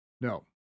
no